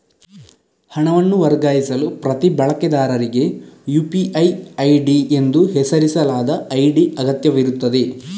ಹಣವನ್ನು ವರ್ಗಾಯಿಸಲು ಪ್ರತಿ ಬಳಕೆದಾರರಿಗೆ ಯು.ಪಿ.ಐ ಐಡಿ ಎಂದು ಹೆಸರಿಸಲಾದ ಐಡಿ ಅಗತ್ಯವಿರುತ್ತದೆ